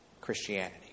Christianity